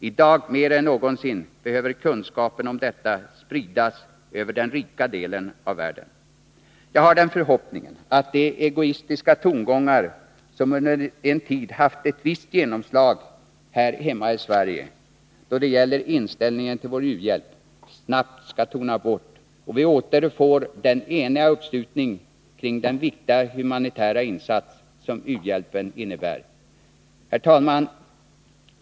I dag mer än någonsin behöver kunskapen om detta spridas över den rika delen av världen. Jag har den förhoppningen att de egoistiska tongångar som under en tid haft ett visst genomslag här hemma i Sverige, då det gäller inställningen till vår u-hjälp, snabbt skall tona bort och att vi åter får en enig uppslutning kring den viktiga humanitära insats som u-hjälpen innebär. Herr talman!